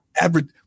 average